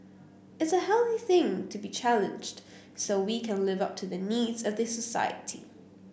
it's a healthy thing to be challenged so we can live up to the needs of the society